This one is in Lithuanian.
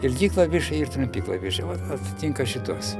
ilgi klavišai ir trumpi klavišai vot atitinka šituos